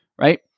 right